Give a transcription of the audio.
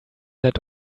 that